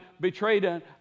betrayed